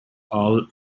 all